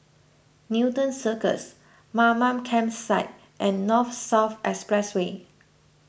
Newton Cirus Mamam Campsite and North South Expressway